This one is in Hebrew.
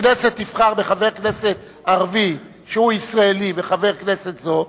הכנסת תבחר בחבר כנסת ערבי שהוא ישראלי וחבר כנסת זו,